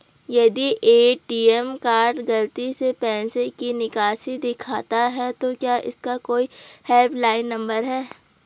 यदि ATM card गलती से पैसे की निकासी दिखाता है तो क्या इसका कोई हेल्प लाइन नम्बर है?